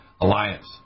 alliance